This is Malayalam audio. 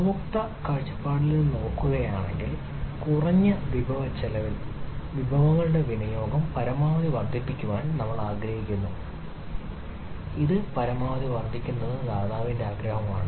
ഉപഭോക്തൃ കാഴ്ചപ്പാടിൽ നിന്ന് നോക്കുകയാണെങ്കിൽ കുറഞ്ഞ വിഭവ ചെലവിൽ തന്റെ വിഭവങ്ങളുടെ വിനിയോഗം പരമാവധി വർദ്ധിപ്പിക്കാൻ ആഗ്രഹിക്കുന്നു ലാഭം പരമാവധി വർദ്ധിപ്പിക്കാൻ ദാതാവ് ആഗ്രഹിക്കുന്നു